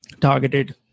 targeted